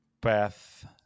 path